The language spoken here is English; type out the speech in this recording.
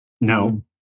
No